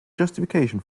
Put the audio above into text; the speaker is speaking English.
justification